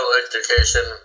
education